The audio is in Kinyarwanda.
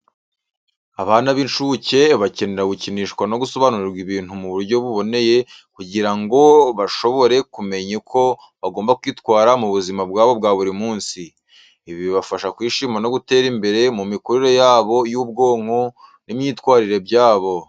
Abana b'incuke bakenera gukinishwa no gusobanurirwa ibintu mu buryo buboneye kugira ngo bashobore kumenya uko bagomba kwitwara mu buzima bwabo bwa buri munsi. Ibi bibafasha kwishima no gutera imbere mu mikurire yabo y'ubwonko n'imyitwarire byabo.